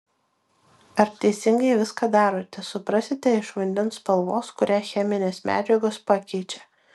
ar teisingai viską darote suprasite iš vandens spalvos kurią cheminės medžiagos pakeičia